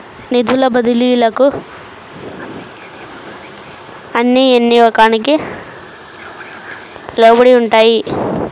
నిధుల బదిలీలు అన్ని ఏ నియామకానికి లోబడి ఉంటాయి?